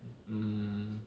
um